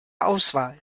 auswahl